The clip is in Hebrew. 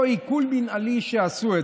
אותו עיקול מינהלי שעשו.